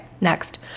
Next